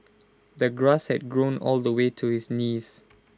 the grass had grown all the way to his knees